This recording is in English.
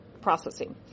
processing